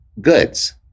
goods